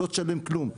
לא תשלם כלום.